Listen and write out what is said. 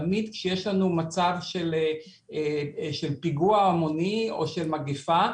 תמיד כשיש לנו מצב של פיגוע המוני או של מגיפה,